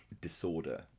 disorder